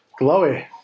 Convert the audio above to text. glowy